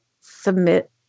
submit